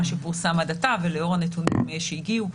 שפורסם עד עתה ולאור הנתונים שהגיעו,